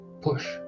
Push